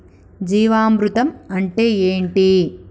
జీవామృతం అంటే ఏంటి?